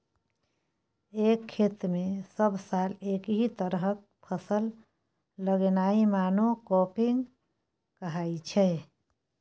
एक खेत मे सब साल एकहि तरहक फसल लगेनाइ मोनो क्राँपिंग कहाइ छै